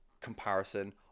comparison